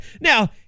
Now